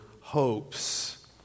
hopes